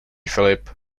filip